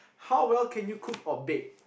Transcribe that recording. how well can you cook or bake